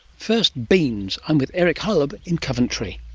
first, beans. i'm with eric holub in coventry.